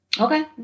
Okay